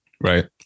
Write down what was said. Right